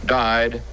died